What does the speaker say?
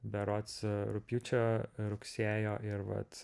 berods rugpjūčio rugsėjo ir vat